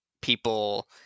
People